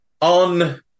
On